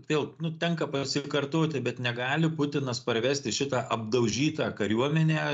vėl nu tenka pasikartoti bet negali putinas parvesti šitą apdaužytą kariuomenę